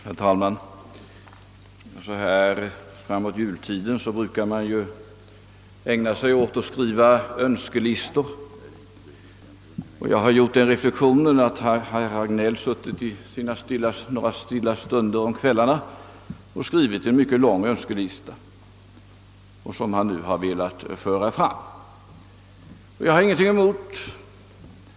Herr talman! Så här vid jultiden brukar man ju ägna sig åt att göra upp önskelistor, och herr Hagnell tycks ha suttit några stilla stunder om kvällarna och skrivit en mycket lång önskelista som han nu velat visa upp. Jag har ingenting emot det.